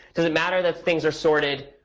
does it matter that things are sorted